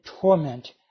torment